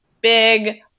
big